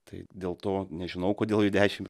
tai dėl to nežinau kodėl jų dešim